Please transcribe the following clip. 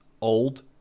old